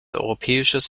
europäisches